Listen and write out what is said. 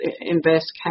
invest